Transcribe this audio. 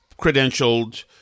credentialed